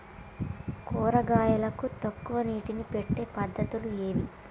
కూరగాయలకు తక్కువ నీటిని పెట్టే పద్దతులు ఏవి?